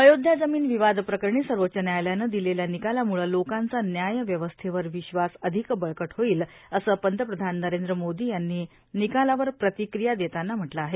अयोध्या जमीन विवाद प्रकरणी सर्वोच्च व्यायालयानं दिलेल्या निकालामुळं लोकांचा व्याय व्यवस्थेवर विश्वास अधिक बळकट होईल असं पंतप्रधान वरेंद्र मोदी यांनी निकालावर प्रतिक्रिया देताना म्हटलं आहे